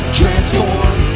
transform